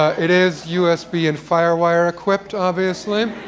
it is usb and firewire equipped obviously.